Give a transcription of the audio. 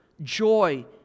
joy